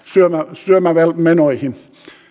syömämenoihin